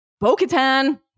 Bo-Katan